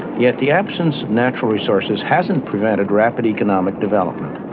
yet the absence of natural resources hasn't prevented rapid economic development.